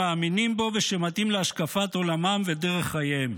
מאמינים בו ושמתאים להשקפת עולמם ולדרך חייהם.